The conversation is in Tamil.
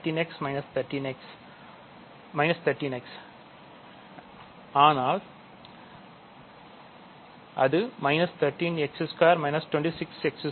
13 xஅதனால் அது 13 x3 26 x2 13x